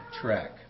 track